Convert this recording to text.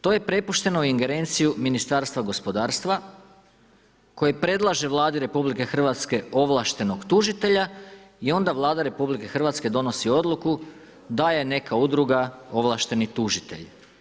To je prepušteno u ingerenciju Ministarstva gospodarstva, koji predlaže Vladi RH ovlaštenog tužitelja i onda Vlada Republike Hrvatske donosni odluku da je neka udruga ovlašteni tužitelj.